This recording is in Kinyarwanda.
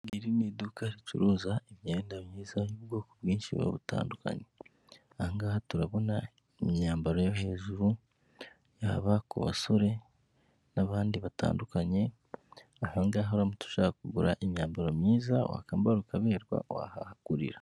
Iri ni iduka ricuruza imyenda myiza y'ubwoko bwinshi butandukanye ahangaha turabona imyambaro yo hejuru, yaba ku basore n'abandi batandukanye, ahangaha uramutse ushaka kugura imyambaro myiza wakwambara ukaberwa, wahagurira.